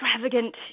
extravagant